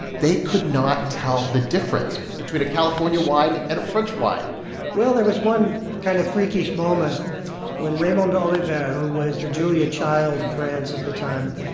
they could not tell the difference between a california wine and a french wine well, there was one kind of freakish moment when raymond oliver, who was the julia child of france at the time,